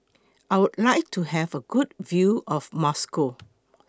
I Would like to Have A Good View of Moscow